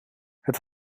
het